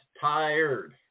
tired